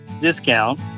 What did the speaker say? discount